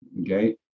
Okay